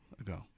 ago